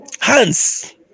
hands